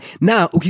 Now